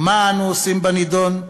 ומה אנו עושים בנדון?